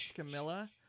Camilla